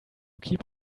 keep